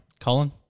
Colin